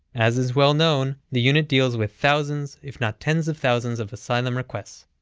as is well known, the unit deals with thousands, if not tens of thousands of asylum requests,